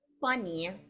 funny